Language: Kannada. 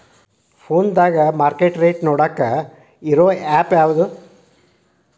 ಫೋನದಾಗ ಮಾರ್ಕೆಟ್ ರೇಟ್ ನೋಡಾಕ್ ಇರು ಆ್ಯಪ್ ಯಾವದು?